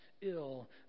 ill